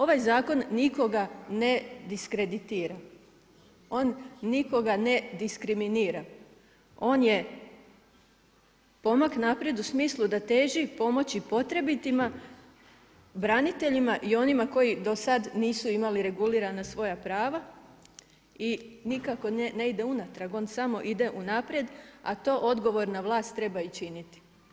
Ovaj zakon nikoga ne diskreditira, on nikoga ne diskriminira, on je pomak naprijed u smislu da teži pomoći potrebitima, braniteljima i onima koji do sada nisu imali regulirani svoja prava i nikako ne ide unatrag, on samo ide unaprijed, a to odgovorna vlast treba i činiti.